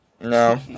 No